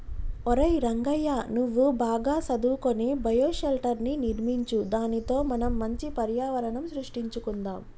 ఒరై రంగయ్య నువ్వు బాగా సదువుకొని బయోషెల్టర్ర్ని నిర్మించు దానితో మనం మంచి పర్యావరణం సృష్టించుకొందాం